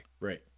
Right